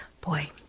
Boy